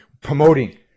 promoting